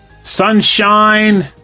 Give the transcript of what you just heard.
sunshine